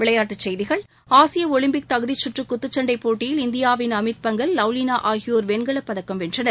விளையாட்டுச் செய்திகள் ஆசிய ஒலிம்பிக் தகுதிச்சுற்று குத்துச்சன்டை போட்டியில் இந்தியாவின் அமித் பங்கல் லவ்லினா ஆகியோர் வெண்கலப் பதக்கம் வென்றனர்